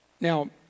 Now